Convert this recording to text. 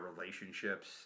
relationships